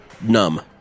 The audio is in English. numb